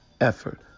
effort